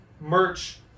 merch